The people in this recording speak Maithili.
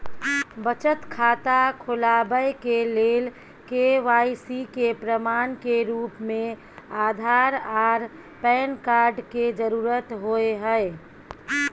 बचत खाता खोलाबय के लेल के.वाइ.सी के प्रमाण के रूप में आधार आर पैन कार्ड के जरुरत होय हय